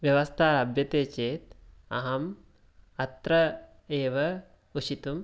व्यवस्था लभ्यते चेत् अहं अत्र एव उषितुम्